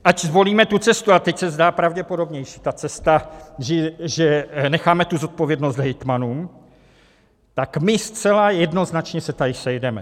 My, ať zvolíme tu cestu a teď se zdá pravděpodobnější ta cesta, že necháme tu zodpovědnost hejtmanům tak my zcela jednoznačně se tady sejdeme.